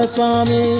Swami